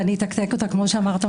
ואני אתקתק אותה כמו שאמרת,